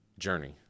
Journey